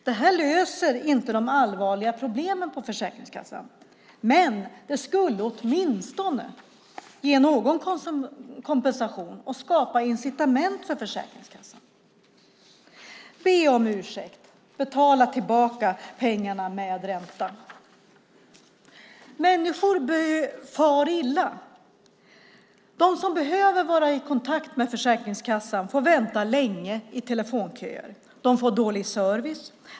Det här löser inte de allvarliga problemen på Försäkringskassan, men det skulle åtminstone ge någon kompensation och skapa incitament för Försäkringskassan. Be om ursäkt! Betala tillbaka pengarna med ränta! Människor far illa. De som behöver vara i kontakt med Försäkringskassan får vänta länge i telefonköer. De får dålig service.